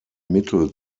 mittel